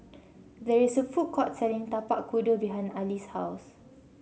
there is a food court selling Tapak Kuda behind Aly's house